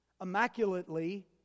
immaculately